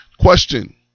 Question